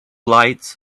lights